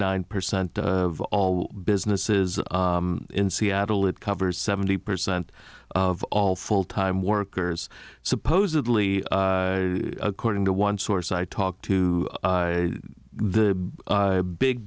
nine percent of all businesses in seattle it covers seventy percent of all full time workers supposedly according to one source i talked to the big